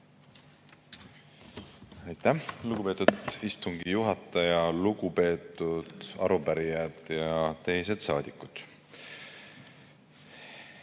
Aitäh, lugupeetud istungi juhataja! Lugupeetud arupärijad ja teised saadikud!